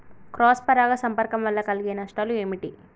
Cross పరాగ సంపర్కం వల్ల కలిగే నష్టాలు ఏమిటి?